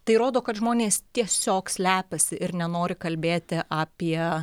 tai rodo kad žmonės tiesiog slepiasi ir nenori kalbėti apie